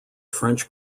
french